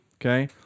Okay